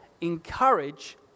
encourage